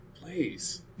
Please